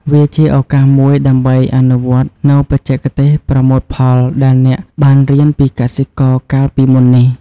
វាជាឱកាសមួយដើម្បីអនុវត្តនូវបច្ចេកទេសប្រមូលផលដែលអ្នកបានរៀនពីកសិករកាលពីមុននេះ។